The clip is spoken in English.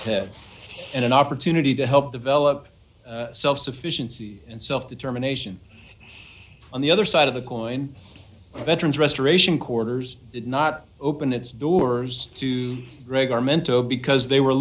ten and an opportunity to help develop self sufficiency and self determination on the other side of the coin veterans restoration quarters did not open its doors to reg armento because they were